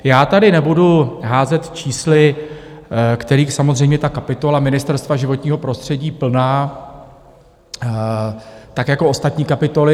Já tady nebudu házet čísly, kterých je samozřejmě kapitola Ministerstva životního prostředí plná, tak jako ostatní kapitoly.